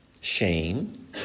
Shame